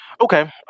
okay